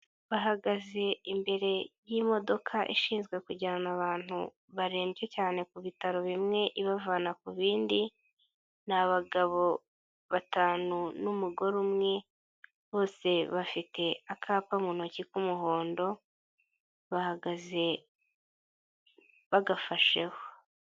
Bahagaze imbere y'imodoka ishinzwe kujyana abantu barembye cyane ku bitaro bimwe ibavana ku bindi, ni abagabo batanu n'umugore umwe, bose bafite akapa mu ntoki k'umuhondo, bahagaze bagafasheho.